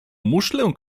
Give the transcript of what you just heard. muszlę